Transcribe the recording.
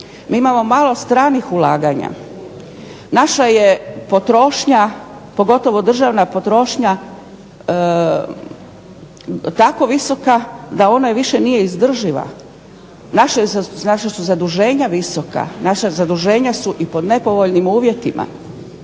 mi imamo malo stranih ulaganja. Naša je potrošnja, pogotovo državna potrošnja, tako visoka da ona više nije izdržljiva. Naša su zaduženja visoka, naša zaduženja su i pod nepovoljnim uvjetima.